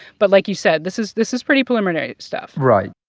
but like you said, this is this is pretty preliminary stuff right.